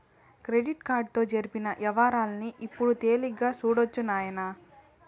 credit కార్డుతో జరిపిన యవ్వారాల్ని ఇప్పుడు తేలిగ్గా సూడొచ్చు నాయనా